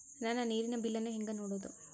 ನನ್ನ ನೇರಿನ ಬಿಲ್ಲನ್ನು ಹೆಂಗ ನೋಡದು?